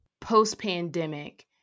post-pandemic